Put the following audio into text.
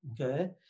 okay